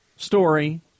story